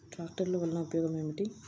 ట్రాక్టర్లు వల్లన ఉపయోగం ఏమిటీ?